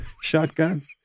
shotgun